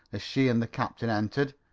as she and the captain entered,